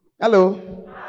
Hello